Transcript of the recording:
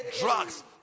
drugs